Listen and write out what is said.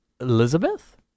Elizabeth